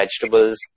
vegetables